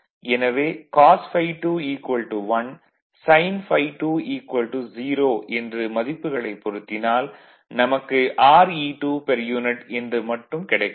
எனவே cos ∅2 1 sin ∅2 0 என்று மதிப்புகளைப் பொருத்தினால் நமக்கு Re2 பெர் யூனிட் என்று மட்டும் கிடைக்கும்